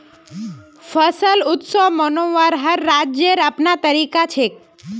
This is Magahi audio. फसल उत्सव मनव्वार हर राज्येर अपनार तरीका छेक